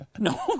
No